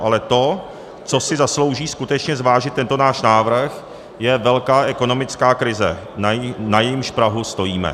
Ale to, co si zaslouží skutečně zvážit tento náš návrh, je velká ekonomická krize, na jejímž prahu stojíme.